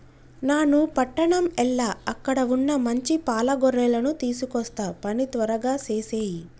నాను పట్టణం ఎల్ల అక్కడ వున్న మంచి పాల గొర్రెలను తీసుకొస్తా పని త్వరగా సేసేయి